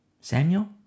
Samuel